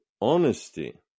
honesty